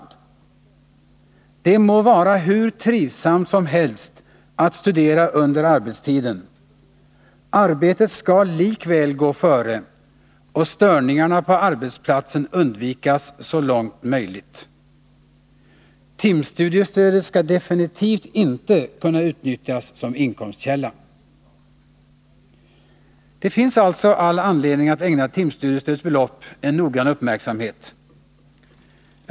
Det må vara hur trivsamt som helst att studera under arbetstiden — arbetet skall likväl gå före och störningarna på arbetsplatsen undvikas så långt möjligt. Timstudiestödet skall definitivt inte kunna utnyttjas som inkomstkälla. Det finns alltså all anledning att ägna timstudiestödets belopp en noggrann uppmärksamhet.